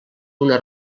una